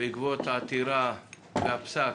בעקבות העתירה והפסק,